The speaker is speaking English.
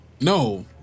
No